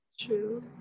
True